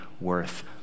worth